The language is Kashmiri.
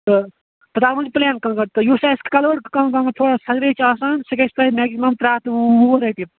تہٕ راوُنٛڈ ترٛٮ۪ن کلرن یُس آسہِ کَلٲرڈ کمٕے کمٕے تھوڑا سَجٲوِتھ چھِ آسان سۅ گژھِ تۄہہِ میکزِمم ترٛےٚ ہَتھ تہٕ وُہ رۄپیہِ